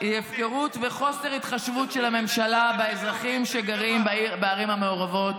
וחוסר התחשבות של הממשלה באזרחים שגרים בערים המעורבות.